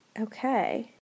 Okay